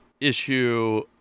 issue